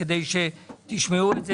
כדי שתשמעו את זה